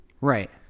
Right